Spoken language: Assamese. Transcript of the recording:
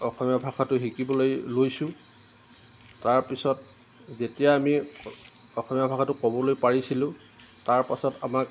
অসমীয়া ভাষাটো শিকিবলৈ লৈছোঁ তাৰ পিছত যেতিয়া আমি অসমীয়া ভাষাটো ক'বলৈ পাৰিছিলোঁ তাৰ পিছত আমাক